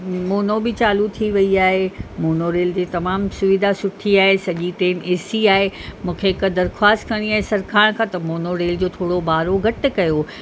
mono बि चालू थी वयी आहे मोनो रेल जी तमामु सुविधा सुठी आहे सॼी ट्रेन ए सी आहे मूंखे हिकु दरिख़्वास्त करिणी आहे सरकार खां त मोनो रेल जो थोरो भाड़ो घटि कयो